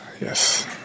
Yes